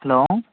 hello